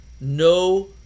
no